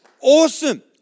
Awesome